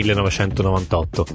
1998